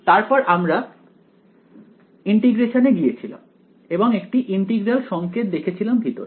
তারপর আমরা ইন্টিগ্রেশনে গিয়েছিলাম এবং একটি ইন্টিগ্রাল সংকেত দেখেছিলাম ভেতরে